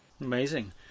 Amazing